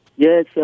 Yes